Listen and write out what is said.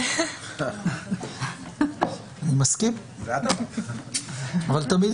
אנחנו נמצאים בתקנה מספר 5. אני יודע שיש